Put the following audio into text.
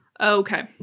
Okay